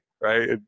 right